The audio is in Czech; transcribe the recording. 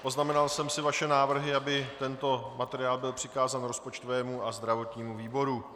Poznamenal jsem si vaše návrhy, aby tento materiál byl přikázán rozpočtovému a zdravotnímu výboru.